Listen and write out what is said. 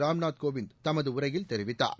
ராம்நாத் கோவிந்த தமது உரையில் தெரிவித்தார்